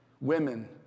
women